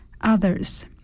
others